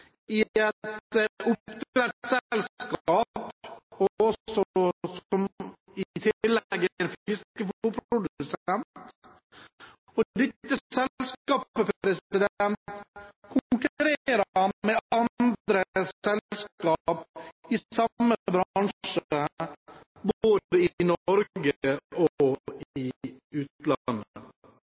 i et oppdrettsselskap, som i tillegg er fiskefôrprodusent. Dette selskapet konkurrerer med andre selskaper i samme bransje både i Norge og